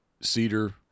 Cedar